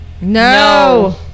No